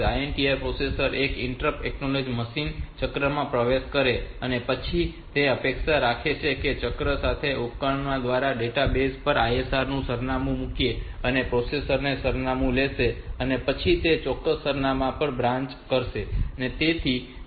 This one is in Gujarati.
INTR પ્રોસેસર એક ઇન્ટરપ્ટ એક્નોલેજ મશીન ચક્રમાં પ્રવેશ કરે છે અને પછી તે અપેક્ષા રાખે છે કે તે ચક્ર પર આપણે ઉપકરણ દ્વારા ડેટાબેઝ પર ISR નું સરનામું મૂકીશું અને પ્રોસેસર તે સરનામું લેશે અને પછી તે ચોક્કસ સરનામાં પર બ્રાન્ચ કરશે